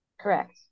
correct